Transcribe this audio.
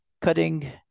Cutting